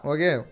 Okay